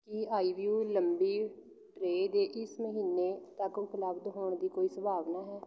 ਕੀ IVO ਲੰਬੀ tray ਦੇ ਇਸ ਮਹੀਨੇ ਤੱਕ ਉਪਲੱਬਧ ਹੋਣ ਦੀ ਕੋਈ ਸੰਭਾਵਨਾ ਹੈ